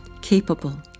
capable